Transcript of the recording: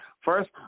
First